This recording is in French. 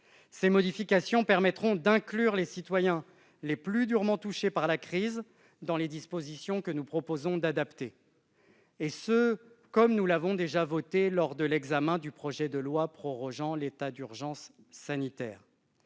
Les modifications suggérées permettront d'inclure les citoyens les plus durement touchés par la crise dans les dispositions que nous proposons d'adopter, comme nous l'avons déjà voté ensemble lors de l'examen du projet de loi prorogeant l'état d'urgence sanitaire.